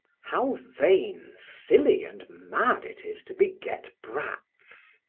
how vain, silly and mad it is to beget brats!